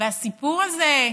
והסיפור הזה של,